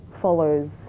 follows